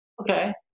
Okay